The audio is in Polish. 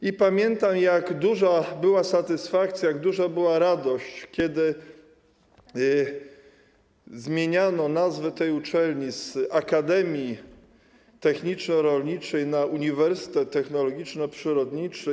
I pamiętam jak duża była satysfakcja, jak duża była radość, kiedy zmieniano nazwę tej uczelni z Akademii Techniczno-Rolniczej na Uniwersytet Technologiczno-Przyrodniczy.